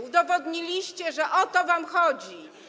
Udowodniliście, że o to wam chodzi.